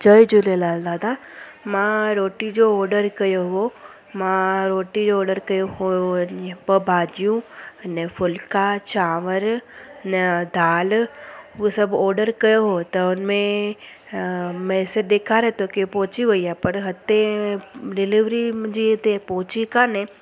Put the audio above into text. जय झूलेलाल दादा मां रोटी जो ऑडर कयो हो मां रोटी जो ऑडर कयो हुयो ॿ भाॼियूं अने फुल्का चांवर अने दाल उअ सभु ऑडर कयो हो त उनमें अ मैसिज ॾेखारे थो की पोहिची वई आहे पर हिते डिलीवरी मुंहिंजी हिते पोहिची कोन्हे